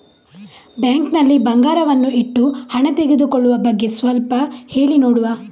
Bank ನಲ್ಲಿ ಬಂಗಾರವನ್ನು ಇಟ್ಟು ಹಣ ತೆಗೆದುಕೊಳ್ಳುವ ಬಗ್ಗೆ ಸ್ವಲ್ಪ ಹೇಳಿ ನೋಡುವ?